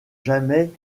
jamais